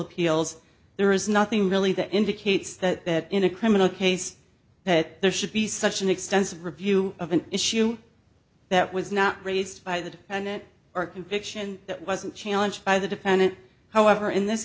appeals there is nothing really that indicates that in a criminal case that there should be such an extensive review of an issue that was not raised by the defendant or a conviction that wasn't challenged by the defendant however in this